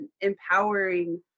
empowering